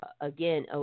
again